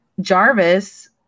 Jarvis